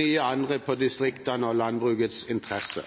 nye angrep på distriktene og landbrukets interesser.